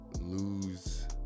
lose